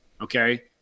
Okay